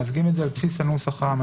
ממזגים את זה על בסיס הנוסח הממשלתי.